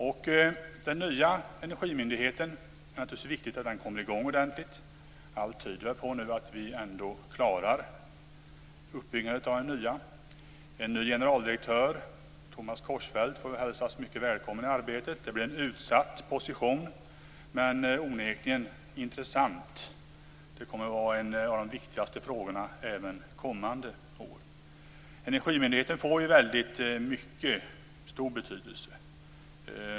Det är naturligtvis viktigt att den nya energimyndigheten kommer i gång ordentligt. Allt tyder nu på att vi ändå klarar uppbyggnaden av den nya myndigheten. En ny generaldirektör, Thomas Korsfeldt, får vi hälsa mycket välkommen i arbetet. Det blir en utsatt position, men onekligen intressant. Energifrågan kommer att vara en av de viktigaste frågorna även kommande år. Energimyndigheten kommer ju att få väldigt stor betydelse.